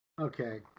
Okay